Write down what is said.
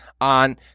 on